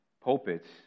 pulpits